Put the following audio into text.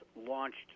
launched